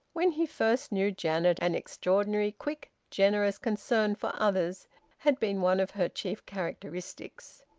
when he first knew janet an extraordinary quick generous concern for others had been one of her chief characteristics.